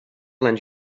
lend